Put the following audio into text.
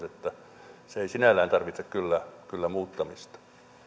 että se ei sinällään tarvitse kyllä kyllä muuttamista